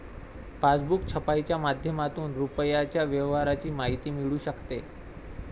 passbook छपाईच्या माध्यमातून रुपयाच्या व्यवहाराची माहिती मिळू शकते